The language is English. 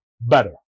better